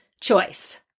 choice